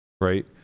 Right